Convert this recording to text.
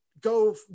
go